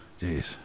Jeez